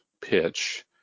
pitch